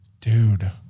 dude